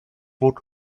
would